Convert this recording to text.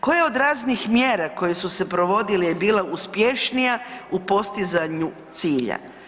Koja od raznih mjera koje su provodile je bila uspješnija u postizanju cilja?